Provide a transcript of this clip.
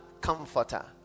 comforter